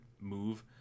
move